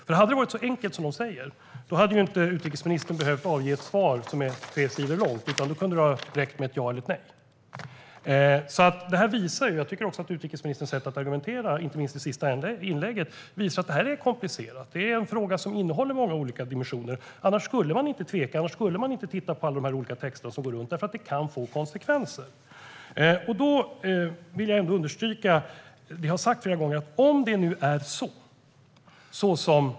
Hade det varit så enkelt som de säger hade inte utrikesministern behövs avge ett svar som är tre sidor långt, utan då kunde det ha räckt med ett ja eller ett nej. Jag tycker att utrikesministerns sätt att argumentera, inte minst i det senaste inlägget, visar att det är komplicerat. Det är en fråga som innehåller många olika dimensioner. Annars skulle man inte tveka och inte titta på alla de olika texter som går runt. Det kan få konsekvenser. Vi har flera gånger sagt detta.